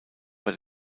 bei